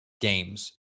games